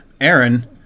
Aaron